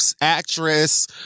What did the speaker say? Actress